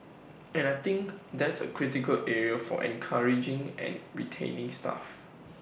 and I think that's A critical area for encouraging and retaining staff